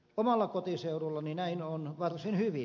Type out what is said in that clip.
omalla kotiseudullani näin on varsin hyvin